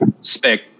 spec